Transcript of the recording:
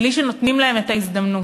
בלי שנותנים להם את ההזדמנות.